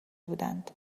بودند